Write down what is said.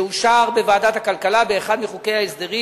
שאושרה בוועדת הכלכלה באחד מחוקי ההסדרים,